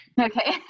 Okay